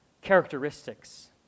characteristics